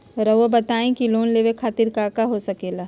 रउआ बताई की लोन लेवे खातिर काका हो सके ला?